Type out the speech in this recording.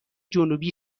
جنوبی